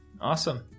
Awesome